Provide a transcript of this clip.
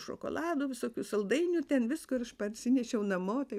šokoladų visokių saldainių ten visko ir aš parsinešiau namo tai